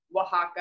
Oaxaca